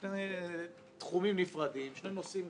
שני תחומים נפרדים שני נושאים נפרדים.